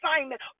assignment